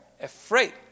afraid